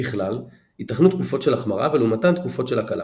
ככלל ייתכנו תקופות של החמרה ולעומתן תקופות של הקלה.